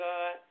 God